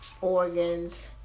organs